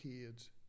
kids